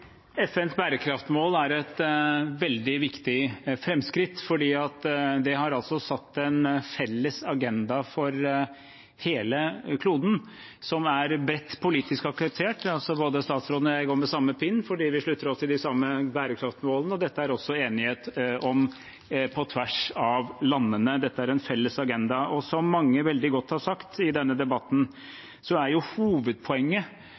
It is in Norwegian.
et veldig viktig framskritt, for de har altså satt en felles agenda for hele kloden og er bredt politisk akseptert. Både statsråden og jeg går med samme pin fordi vi slutter oss til de samme bærekraftsmålene, og dette er det også enighet om på tvers av landene. Dette er en felles agenda. Som mange har sagt veldig godt i denne debatten, er hovedpoenget